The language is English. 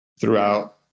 throughout